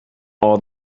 all